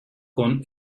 con